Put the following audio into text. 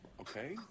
Okay